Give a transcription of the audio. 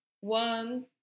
one